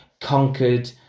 conquered